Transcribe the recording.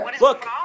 Look